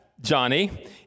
Johnny